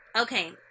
okay